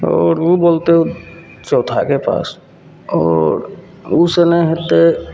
आओर ओ बोलतै चौथाके पास आओर ओहिसे नहि हेतै